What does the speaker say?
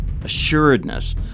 assuredness